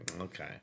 Okay